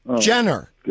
Jenner